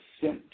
sent